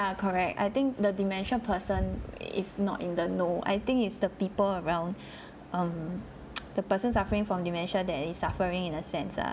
ya correct I think the dementia person is not in the know I think it's the people around um the person suffering from dementia that is suffering in a sense lah